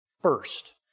first